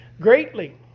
Greatly